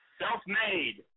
self-made